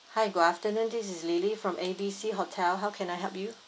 hi good afternoon this is lily from A B C hotel how can I help you